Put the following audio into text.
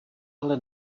ale